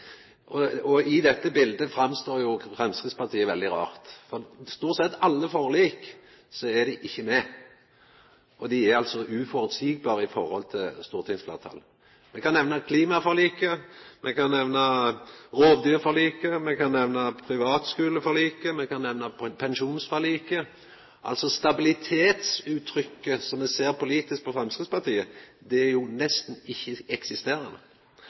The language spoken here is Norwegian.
I dette biletet framstår Framstegspartiet veldig rart. Dei er jo ikkje med – det gjeld stort sett alle forlik. Dei er altså uforutsigbare i forhold til stortingsfleirtalet. Me kan nemna klimaforliket, me kan nemna rovdyrfoliket, me kan nemna privatskuleforliket, me kan nemna pensjonsforliket – altså stabilitetsuttrykket som me ser politisk på Framstegspartiet, er jo nesten ikkje eksisterande.